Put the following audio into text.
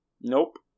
Nope